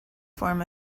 form